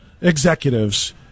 executives